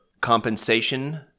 compensation